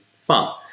fun